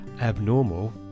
abnormal